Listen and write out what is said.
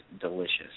delicious